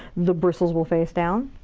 the bristles will face down.